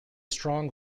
strong